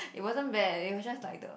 it wasn't bad it was just like the